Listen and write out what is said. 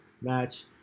match